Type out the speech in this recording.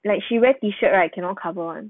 like she wear T shirt right cannot cover [one]